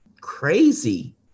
crazy